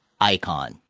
icon